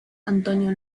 antonio